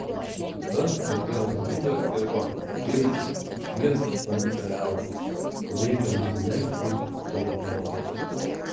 kita žadėjo ramybę ir gerovę girdi apšvies tamsią liaudį tereikia nusilenkti teutonams